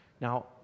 Now